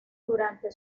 durante